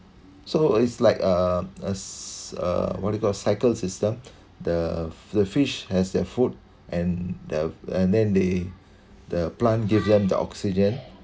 so it's like uh s~ uh what you call cycle system the the fish has their food and the and then the the plant give them the oxygen